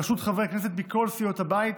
בראשות חברי כנסת מכל סיעות הבית,